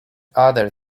other